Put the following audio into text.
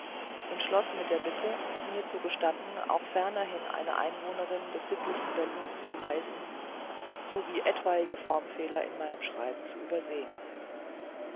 und schloß mit der bitte mir zu gestatten auch fernerhin eine einwohnerin des sittlichen berlins zu heißen so wie etwaige formfehler in meinem schreiben zu übersehen